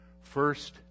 first